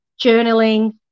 journaling